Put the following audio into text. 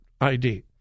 ID